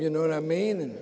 you know what i mean